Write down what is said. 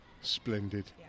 Splendid